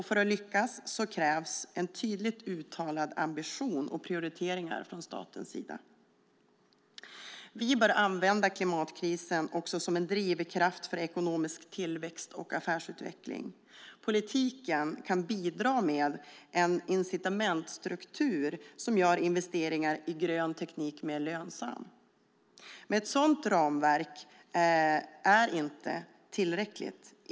För att lyckas krävs det en tydligt uttalad ambition och prioriteringar från statens sida. Vi bör använda klimatkrisen som en drivkraft för ekonomisk tillväxt och affärsutveckling. Politiken kan bidra med en incitamentsstruktur som gör investeringar i grön teknik mer lönsamma. Men ett sådant ramverk är inte tillräckligt.